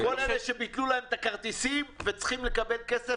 כל אלה שביטלו להם את הכרטיסים וצריכים לקבל כסף,